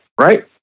right